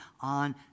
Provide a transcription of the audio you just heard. on